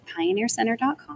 pioneercenter.com